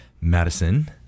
Madison